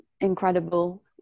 incredible